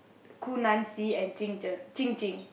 Gu Nan Xi and Qing Qing